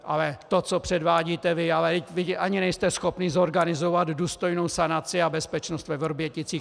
Ale to, co předvádíte vy ani nejste schopni zorganizovat důstojnou sanaci a bezpečnost ve Vrběticích.